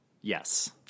Yes